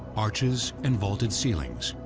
arches and vaulted ceilings.